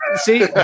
see